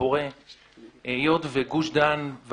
גוש עציון.